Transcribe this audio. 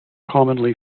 commonly